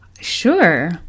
Sure